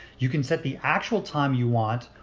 you can set the actual time you want,